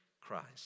Christ